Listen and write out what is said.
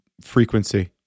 frequency